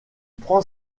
prend